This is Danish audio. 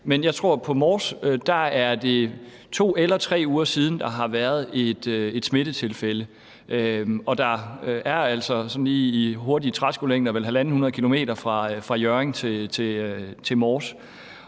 Men jeg tror, at det på Mors er 2 eller 3 uger siden, der har været et smittetilfælde. Og der er, sådan lige i hurtige træskolængder, vel 150 km fra Hjørring til Mors.